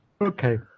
Okay